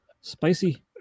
spicy